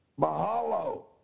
mahalo